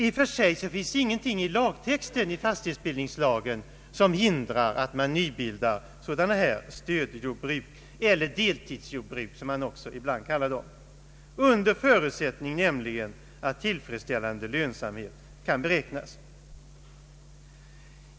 I och för sig finns ingenting i fastighetsbildningslagens text som hindrar att man nybildar dylika stödjordbruk — eller deltidsjordbruk som de ibland också kallas — under förutsättning att tillfredsställande lönsamhet kan förväntas.